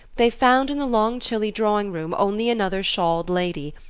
they found, in the long chilly drawing-room, only another shawled lady,